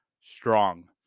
strong